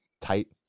tight